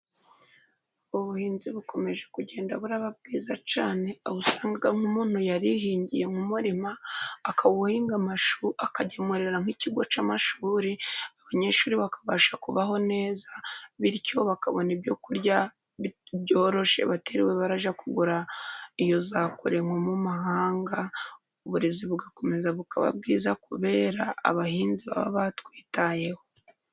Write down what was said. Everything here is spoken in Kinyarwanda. Ubuhinzi bukomeje kugenda buraba bwiza cyane, aho usanga nk'umuntu yarihingiye nk'umurima, akawuhinga amashu, akagemurira nk'ikigo cy'amashi, abanyeshuri bakabasha kubaho neza, bityo bakabona ibyo kurya byoroshye batiriwe barajya kugura iyo za kure nko mu mahanga, uburezi bugakomeza bukaba bwiza kubera abahinzi baba batwitayeho.